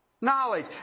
Knowledge